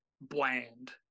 bland